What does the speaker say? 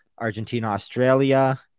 Argentina-Australia